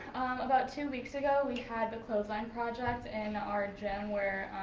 about two weeks ago we had the clothesline project in our gym where